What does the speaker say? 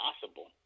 possible